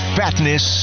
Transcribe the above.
fatness